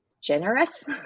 generous